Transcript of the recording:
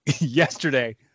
Yesterday